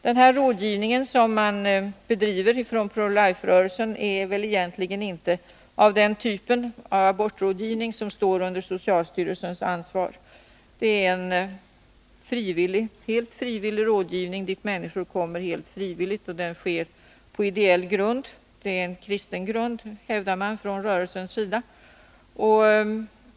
Den rådgivning som Pro Life-rörelsen bedriver hör väl egentligen inte till den typ av abortrådgivning som står under socialstyrelsens ansvar. Människor kommer dit helt frivilligt, och rådgivningen sker på ideell grund — på kristen grund, hävdar man från rörelsens sida.